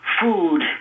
food